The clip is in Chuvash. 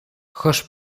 хӑш